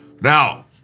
Now